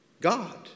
God